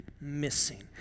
missing